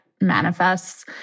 manifests